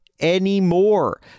anymore